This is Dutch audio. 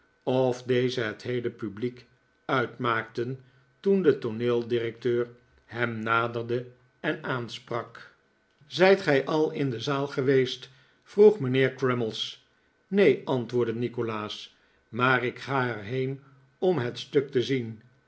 of deze het heele publiek uitmaakten toen de tooneeldirecteur hem naderde en aansprak zijt gij al in de zaal geweest vroeg mijnheer crummies neen antwoordde nikolaas maar ik ga er heen om het stuk te zien